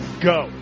go